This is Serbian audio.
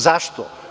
Zašto?